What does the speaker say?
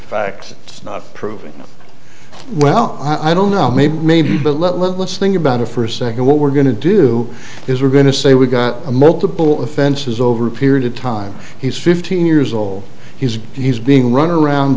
facts not proven well i don't know maybe maybe but let's think about it for a second what we're going to do is we're going to say we got a multiple offenses over a period of time he's fifteen years old he's he's being run around